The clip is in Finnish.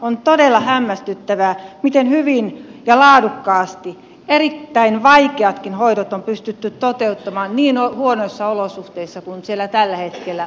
on todella hämmästyttävää miten hyvin ja laadukkaasti erittäin vaikeatkin hoidot on pystytty toteuttamaan niin huonoissa olosuhteissa kuin missä siellä tällä hetkellä ollaan